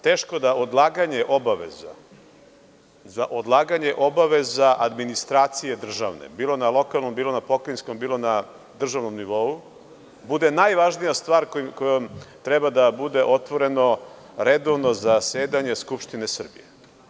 Teško da odlaganje obaveza administracije državne, bilo na lokalnom, bilo na pokrajinskom, bilo na državnom nivou, treba da bude najvažnija stvar kojom treba da bude otvoreno redovno zasedanje Skupštine Srbije.